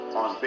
on